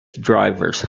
drivers